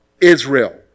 Israel